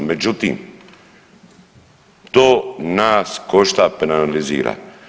Međutim, to nas košta i penalizira.